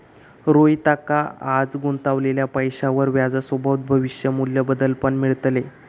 रोहितका आज गुंतवलेल्या पैशावर व्याजसोबत भविष्य मू्ल्य बदल पण मिळतले